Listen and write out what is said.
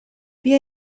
بیا